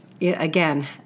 again